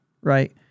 Right